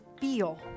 feel